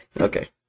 okay